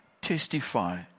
testify